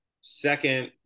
second